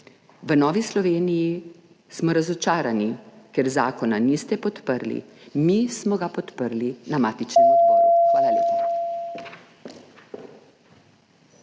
V Novi Sloveniji smo razočarani, ker zakona niste podprli. Mi smo ga na matičnem odboru podprli. Hvala lepa.